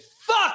fuck